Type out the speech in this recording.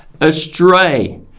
astray